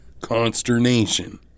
Consternation